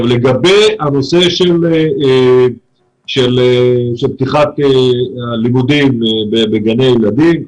לגבי הנושא של פתיחת הלימודים בגני ילדים,